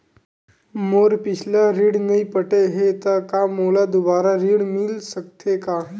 मोर पिछला ऋण नइ पटे हे त का मोला दुबारा ऋण मिल सकथे का?